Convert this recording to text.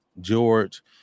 George